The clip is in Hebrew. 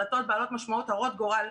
החלטות בעלות משמעויות הרות גורל,